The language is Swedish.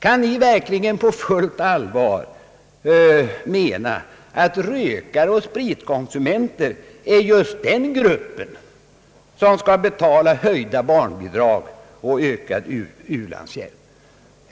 Kan ni verkligen på fullt allvar mena att rökare och spritkonsumenter är just den grupp som skall betala höjda barnbidrag och ökad u-landshjälp?